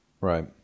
right